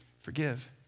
Forgive